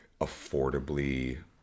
affordably